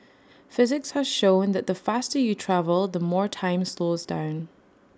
physics has shown that the faster you travel the more time slows down